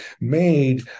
made